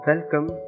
Welcome